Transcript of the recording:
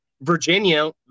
Virginia